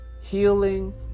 healing